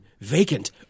Vacant